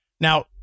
Now